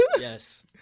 Yes